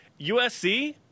USC